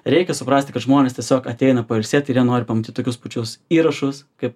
reikia suprasti kad žmonės tiesiog ateina pailsėti ir jie nori tokius pačius įrašus kaip